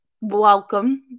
welcome